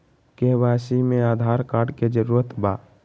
KYC में Aadhaar card के जरूरत बा?